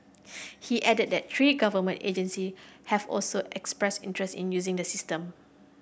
he added that three government agency have also expressed interest in using the system